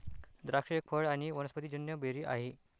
द्राक्ष एक फळ आणी वनस्पतिजन्य बेरी आहे